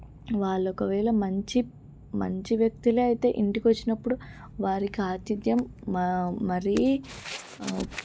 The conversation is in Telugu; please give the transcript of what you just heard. వాళ్ళు ఒకవేళ మంచి మంచి వ్యక్తులే అయితే ఇంటికి వచ్చినప్పుడు వారికి ఆతిథ్యం మ మరీ